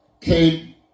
came